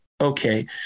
Okay